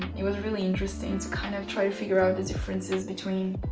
it was really interesting to kind of try to figure out the differences between,